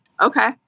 Okay